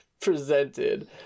presented